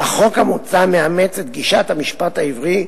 "החוק המוצע מאמץ את גישת המשפט העברי,